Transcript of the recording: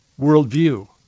worldview